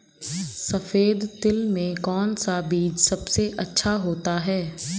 सफेद तिल में कौन सा बीज सबसे अच्छा होता है?